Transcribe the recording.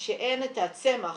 שאין את הצמח,